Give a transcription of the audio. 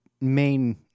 main